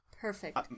perfect